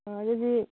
ꯑꯥ ꯑꯗꯨꯗꯤ